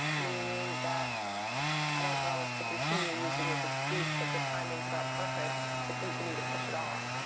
meaning that i don't want us to continue using this excuse that the timing's not perfect to continue to push it off.